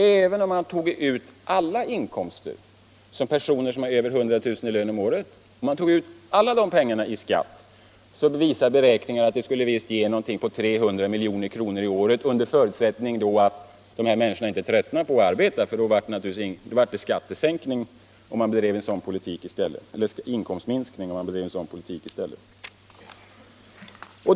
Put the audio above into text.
Beräkningar visar att om man av personer med över 100 000 om året i lön tog ut hela inkomsten i skatt, skulle det inte ge staten mer än någonting på 300 miljoner om året — under förutsättning att de här människorna inte tröttnar på att arbeta, för då skulle det i stället bli en inkomstminsknirig för staten med en sådan politik.